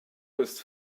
ist